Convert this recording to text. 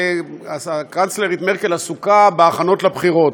שהקנצלרית מרקל עסוקה בהכנות לבחירות.